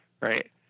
right